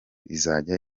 izajya